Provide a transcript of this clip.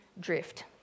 drift